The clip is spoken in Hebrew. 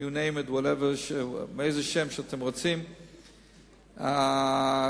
ולשאול אותך שאלה שמעניינת את הציבור כולו,